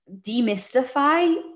demystify